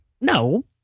No